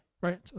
right